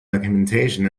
documentation